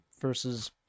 versus